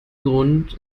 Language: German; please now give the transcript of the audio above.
grund